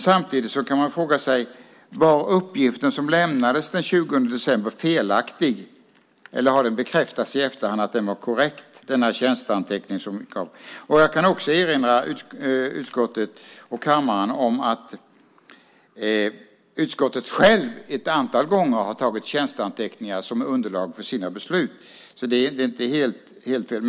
Samtidigt kan man fråga sig: Var uppgiften som lämnades den 20 december felaktig eller har det bekräftats i efterhand att denna tjänsteanteckning var korrekt? Jag kan också erinra utskottet och kammaren om att utskottet självt ett antal gånger har tagit tjänsteanteckningar som underlag för sina beslut, så det är inte helt fel.